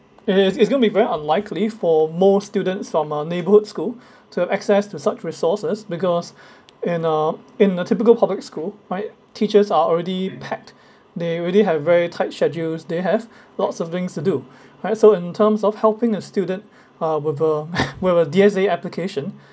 it is it's going to be very unlikely for most students from our neighbourhood school to access to such resources because in uh in a typical public school right teachers are already packed they already have very tight schedules they have lots of things to do right so in terms of helping a student uh with a with a D_S_A application